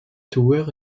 tower